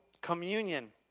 communion